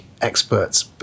Experts